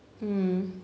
mm